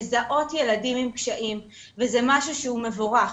לזהות ילדים עם קשיים וזה משהו שהוא מבורך,